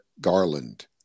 Garland